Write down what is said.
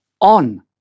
on